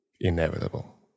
inevitable